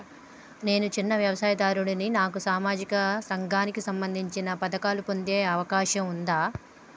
నేను చిన్న వ్యవసాయదారుడిని నాకు సామాజిక రంగానికి సంబంధించిన పథకాలు పొందే అవకాశం ఉందా?